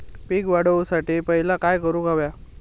पीक वाढवुसाठी पहिला काय करूक हव्या?